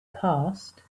passed